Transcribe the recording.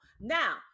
now